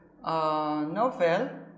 novel